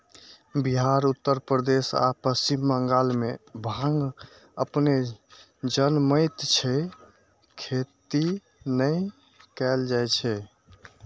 बिहार, उत्तर प्रदेश आ पश्चिम बंगाल मे भांग अपने जनमैत छै, खेती नै कैल जाए छै